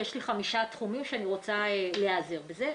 יש לי חמישה תחומים שאני רוצה להיעזר בזה.